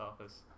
office